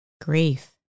grief